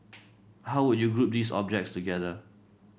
how would you group these objects together